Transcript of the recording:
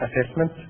assessment